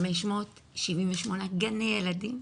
וב-2,578 גני ילדים.